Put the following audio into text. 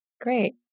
Great